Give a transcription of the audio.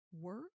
work